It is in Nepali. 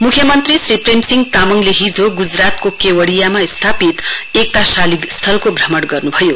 मुख्यमन्त्री श्री प्रेम सिंह तामा ले हिजो गुजरातको केवडियामा स्थापित एकता शालिग स्थलको भ्रमण गर्न् भयो